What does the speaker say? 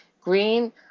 Green